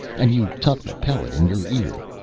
and you tuck the pellet in your ear.